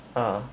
(uh huh)